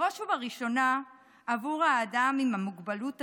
בראש ובראשונה עבור האדם עם המוגבלות עצמו,